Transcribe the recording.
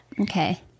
okay